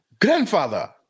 Grandfather